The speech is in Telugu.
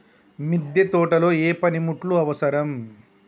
మిద్దె తోటలో ఏ పనిముట్లు అవసరం?